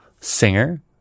singer